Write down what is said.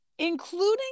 Including